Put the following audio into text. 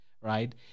Right